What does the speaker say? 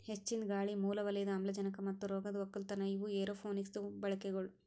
ಹೆಚ್ಚಿಂದ್ ಗಾಳಿ, ಮೂಲ ವಲಯದ ಆಮ್ಲಜನಕ ಮತ್ತ ರೋಗದ್ ಒಕ್ಕಲತನ ಇವು ಏರೋಪೋನಿಕ್ಸದು ಬಳಿಕೆಗೊಳ್